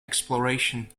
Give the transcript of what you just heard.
exploration